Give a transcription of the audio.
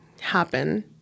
happen